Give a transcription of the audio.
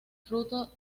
fruto